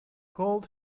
cold